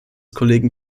kollegen